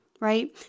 right